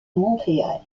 montréal